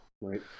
Right